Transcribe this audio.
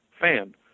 fan